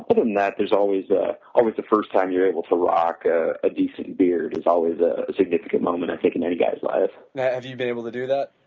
but then that there is always a always a first time you're able to rock, ah a decent beard is always a significant moment i think in any guy's life have you been able to do that?